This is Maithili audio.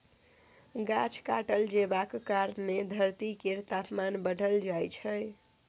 गाछ काटल जेबाक कारणेँ धरती केर तापमान बढ़ल जाइ छै